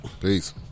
Peace